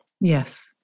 Yes